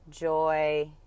joy